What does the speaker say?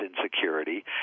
insecurity